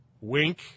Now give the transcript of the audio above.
Wink